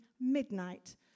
midnight